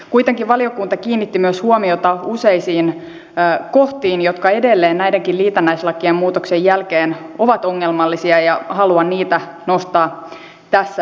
kuitenkin valiokunta kiinnitti myös huomiota useisiin kohtiin jotka edelleen näiden liitännäislakien muutoksen jälkeenkin ovat ongelmallisia ja haluan niitä nostaa tässä vielä esiin